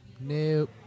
Nope